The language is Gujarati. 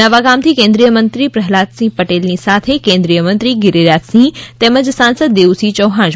નવાગામ થી કેન્દ્રીય મંત્રી પ્રહલાદ સિંહ પટેલની સાથે કેન્દ્રીય મંત્રી ગિરિરાજ સિંહ તેમજ સાંસદ દેવુસિંહ ચૌહાણ જોડાયા હતા